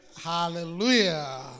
hallelujah